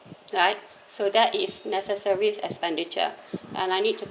right so that is necessary expenditure and I need to